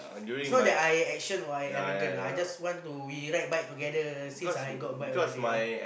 it's not that I action or arrogant lah I just want to we ride bike together since I got bike already ah